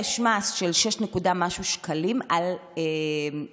יש מס של כ-6 שקלים על צאן